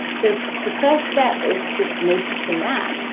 so, the first step is just noticing that.